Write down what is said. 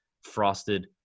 frosted